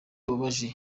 bubabaje